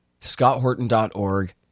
scotthorton.org